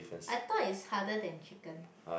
I thought is harder than chicken